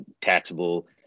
taxable